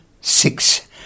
six